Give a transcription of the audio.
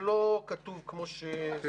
זה לא כתוב כמו שצריך,